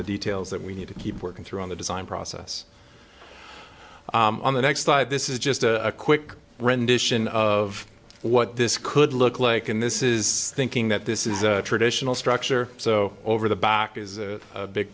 the details that we need to keep working through on the design process on the next slide this is just a quick rendition of what this could look like and this is thinking that this is a traditional structure so over the back is a big